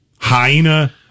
Hyena